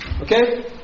Okay